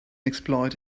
exploit